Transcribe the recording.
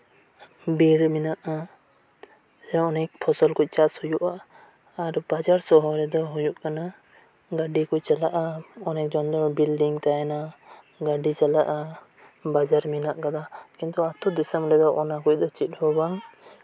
ᱵᱤᱨ ᱢᱮᱱᱟᱜ ᱟ ᱚᱱᱮᱠ ᱯᱷᱚᱥᱚᱞ ᱠᱚ ᱪᱟᱥ ᱦᱩᱭᱩᱜ ᱟ ᱟᱨ ᱵᱟᱡᱟᱨ ᱥᱚᱦᱚᱨ ᱨᱮᱫᱚ ᱦᱩᱭᱩᱜ ᱠᱟᱱᱟ ᱜᱟᱹᱰᱤᱠᱚ ᱪᱟᱞᱟᱜ ᱟ ᱚᱱᱮᱠ ᱡᱚᱱᱟᱜ ᱵᱤᱞᱰᱤᱝ ᱛᱟᱦᱮᱸᱱᱟ ᱜᱟᱹᱰᱤ ᱪᱟᱞᱟᱜ ᱟ ᱵᱟᱡᱟᱨ ᱢᱮᱱᱟᱜ ᱟᱠᱟᱫᱟ ᱠᱤᱱᱛᱩ ᱟᱛᱳ ᱫᱤᱥᱚᱢ ᱨᱮᱫᱚ ᱚᱱᱟᱠᱚ ᱫᱚ ᱪᱮᱫᱦᱚᱸ ᱵᱟᱝ